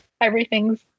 everything's